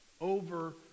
over